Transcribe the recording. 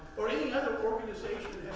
or any other organization